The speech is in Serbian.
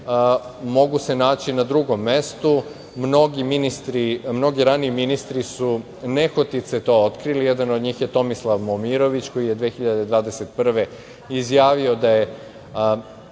mogu se naći na drugom mestu. Mnogi raniji ministri su nehotice to otkrili, jedan od njih je Tomislav Momirović, koji je 2021. godine, izjavio da je